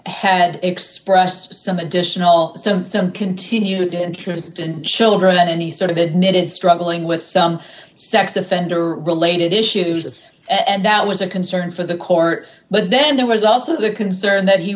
had expressed some additional some some continued interest in children and he sort of admitted struggling with some sex offender related issues and that was a concern for the court but then there was also the concern that he